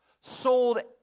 sold